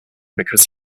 because